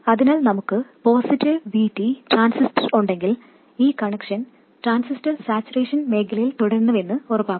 അതിനാൽ നമുക്ക് positive VT transistor ഉണ്ടെങ്കിൽ ഈ കണക്ഷൻ ട്രാൻസിസ്റ്റർ സാച്ചുറേഷൻ മേഖലയിൽ തുടരുന്നുവെന്ന് ഉറപ്പാക്കുന്നു